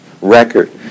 record